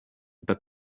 but